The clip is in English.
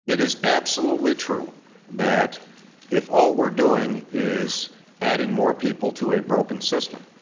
it is absolutely true that if all we're doing is adding more people to a broken system,